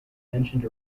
mentioned